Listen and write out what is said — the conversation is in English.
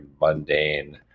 mundane